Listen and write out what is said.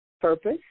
purpose